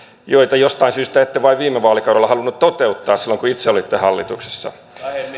joita jostain syystä ette vain viime vaalikaudella halunneet toteuttaa silloin kun itse olitte hallituksessa